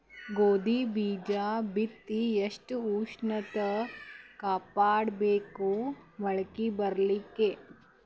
ಗೋಧಿ ಬೀಜ ಬಿತ್ತಿ ಎಷ್ಟ ಉಷ್ಣತ ಕಾಪಾಡ ಬೇಕು ಮೊಲಕಿ ಬರಲಿಕ್ಕೆ?